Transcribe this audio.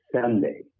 Sunday